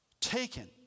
taken